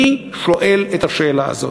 מי שואל את השאלה הזאת?